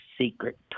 secret